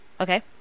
okay